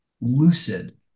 lucid